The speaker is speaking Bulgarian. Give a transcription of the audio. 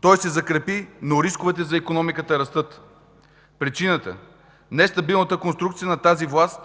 той се закрепи, но рисковете за икономиката растат. Причината – нестабилната конструкция на тази власт